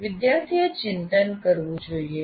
વિદ્યાર્થીએ ચિંતન કરવું જોઈએ